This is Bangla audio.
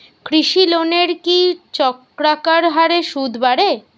কৃষি লোনের কি চক্রাকার হারে সুদ বাড়ে?